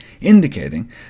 indicating